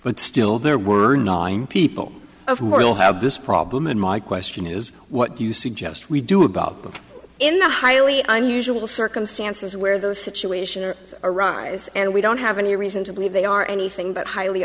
but still there were nine people of more will have this problem and my question is what do you suggest we do about them in the highly unusual circumstances where those situations arise and we don't have any reason to believe they are anything but highly